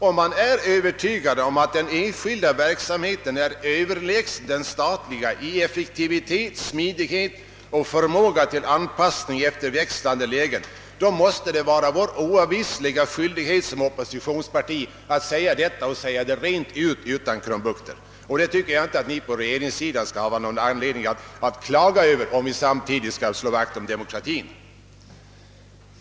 Om man är övertygad om att den enskilda verksamheten är överlägsen den statliga i effektivitet, smidighet och förmåga till anpassning efter växlande lägen, då måste det vara vår oavvisliga skyldighet som oppositionsparti att säga detta — och säga det rent ut utan krumbukter. Jag tycker inte att ni på regeringssidan har någon anledning att klagå över det, om ni samtidigt slår vakt om demokratin.